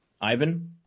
Ivan